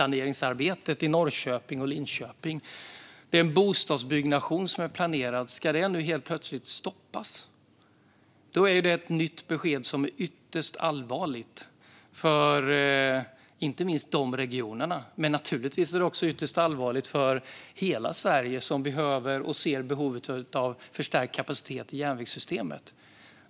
Jag tänker på hela stadsplaneringsarbetet i Norrköping och Linköping och på den bostadsbyggnation som är planerad. Då är det ett nytt besked som är ytterst allvarligt inte minst för de regionerna men naturligtvis också för hela Sverige som ser behovet av förstärkt kapacitet i järnvägssystemet.